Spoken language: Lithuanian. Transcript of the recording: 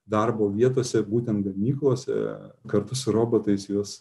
darbo vietose būtent gamyklose kartu su robotais juos